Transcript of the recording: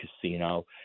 casino